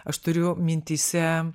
aš turiu mintyse